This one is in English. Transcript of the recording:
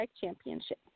Championship